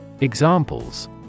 Examples